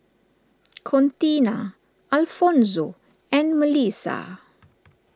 Contina Alfonzo and Mellissa